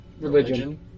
religion